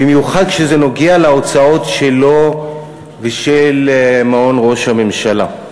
במיוחד כשזה נוגע להוצאות שלו ושל מעון ראש הממשלה.